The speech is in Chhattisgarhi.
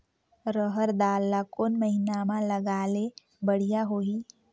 रहर दाल ला कोन महीना म लगाले बढ़िया होही?